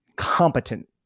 competent